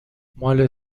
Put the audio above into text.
مال